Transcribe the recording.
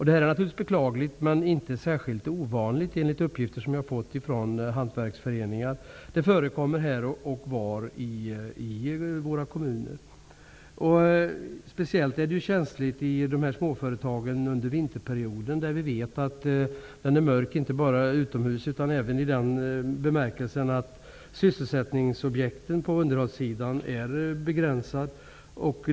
Det här är naturligtvis beklagligt men inte särskilt ovanligt, enligt uppgifter som jag har fått från hantverksföreningar. Det förekommer här och var i våra kommuner. Detta är speciellt känsligt för småföretagen under vinterperioden. Vi vet att den är mörk inte bara utomhus utan också i den bemärkelsen att antalet arbeten med underhållsobjekt är begränsat.